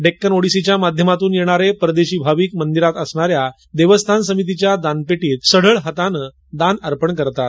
डेक्कन ओडीसीच्या माध्यमातून येणारे परदेशी भाविक मंदिरात असणार्यात देवस्थान समितीच्या दानपेटीत सढळ हस्ते दान अर्पण करतात